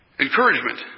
Encouragement